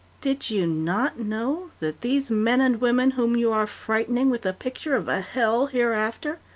did you not know that these men and women whom you are frightening with the picture of a hell hereafter